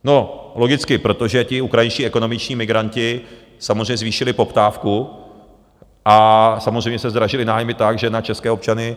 No logicky, protože ti ukrajinští ekonomičtí migranti samozřejmě zvýšili poptávku a samozřejmě se zdražily nájmy tak, že na české občany...